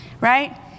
right